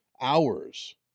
hours